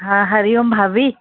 हा हरि ओम भाभी